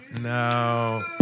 no